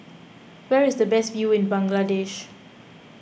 where is the best view in Bangladesh